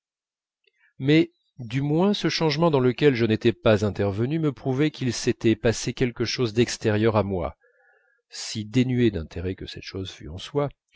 mais du moins ce changement dans lequel je n'étais pas intervenu me prouvait qu'il s'était passé quelque chose d'extérieur à moi si dénuée d'intérêt que cette chose fût en soi